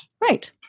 Right